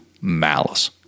malice